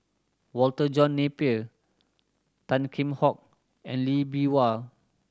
Walter John Napier Tan Kheam Hock and Lee Bee Wah